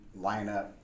lineup